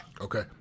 Okay